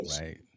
right